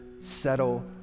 settle